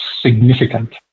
significant